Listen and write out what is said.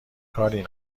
کاری